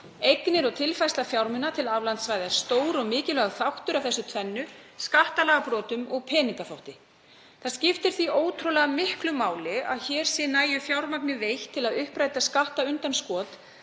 Eignir og tilfærsla fjármuna til aflandssvæða er stór og mikilvægur þáttur af þessu tvennu, skattalagabrotum og peningaþvætti. Það skiptir því ótrúlega miklu máli að hér sé nægt fjármagni veitt til að uppræta skattundanskot